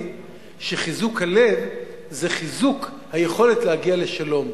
שחיזוק הלב זה חיזוק היכולת להגיע לשלום.